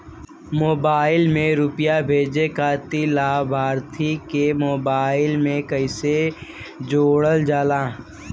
Mobile से रूपया भेजे खातिर लाभार्थी के मोबाइल मे कईसे जोड़ल जाला?